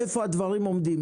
איפה הדברים עומדים?